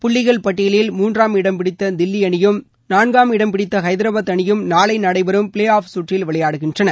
புள்ளிகள் பட்டியலில் மூன்றாம் இடம் பிடித்த தில்லி அணியும் நான்காம் இடம் பிடித்த ஐதராபாத் அணியும் நாளை நடைபெறும் பிளே ஆப் சுற்றில் விளையாடுகின்றன